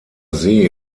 see